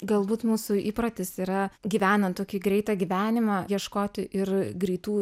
galbūt mūsų įprotis yra gyvenant tokį greitą gyvenimą ieškoti ir greitų